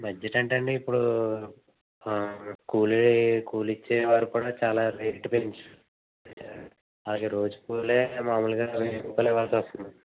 budget అంటే అండి ఇప్పుడు కూలి కూలి ఇచ్చే వారు కూడా చాలా రేటు పెంచ్ అది రోజుకూలి మాములుగా వెయ్యి రూపాయలు ఇవాల్సి వస్తుంది